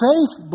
Faith